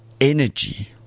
energy